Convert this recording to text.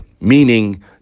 Meaning